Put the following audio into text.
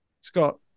Scott